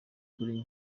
kuri